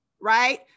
right